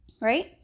right